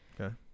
Okay